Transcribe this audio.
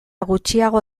gutxiago